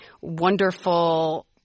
wonderful